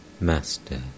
Master